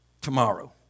tomorrow